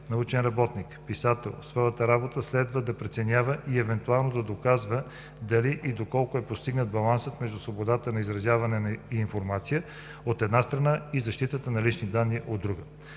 научен работник и писател в своята работа следва да преценява и евентуално да доказва дали и доколко е постигнат балансът между свободата на изразяване и информация, от една страна, и защитата на личните данни, от друга.